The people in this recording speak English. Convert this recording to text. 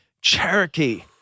cherokee